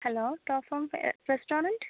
hello top form restaurant